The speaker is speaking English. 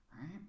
right